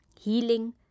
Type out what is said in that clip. healing